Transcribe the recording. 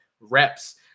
reps